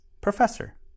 professor